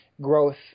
growth